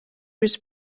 was